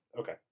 Okay